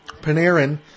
Panarin